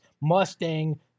mustang